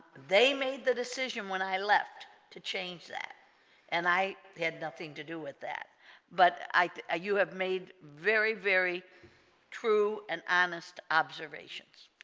they made the decision when i left to change that and i had nothing to do with that but i ah you have made very very true and honest observations